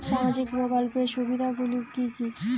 সামাজিক প্রকল্পের সুবিধাগুলি কি কি?